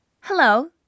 Hello